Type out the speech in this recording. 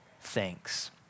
thanks